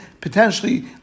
potentially